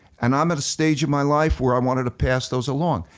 and i'm at a stage in my life where i wanted to pass those along.